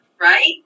right